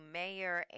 mayor